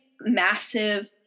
massive